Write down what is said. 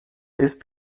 ist